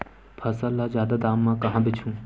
फसल ल जादा दाम म कहां बेचहु?